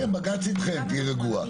כן, בג"ץ אתכם, תהיי רגועה.